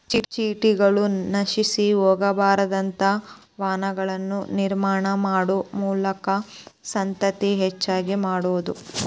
ಚಿಟ್ಟಗಳು ನಶಿಸಿ ಹೊಗಬಾರದಂತ ವನಗಳನ್ನ ನಿರ್ಮಾಣಾ ಮಾಡು ಮೂಲಕಾ ಸಂತತಿ ಹೆಚಗಿ ಮಾಡುದು